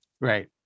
Right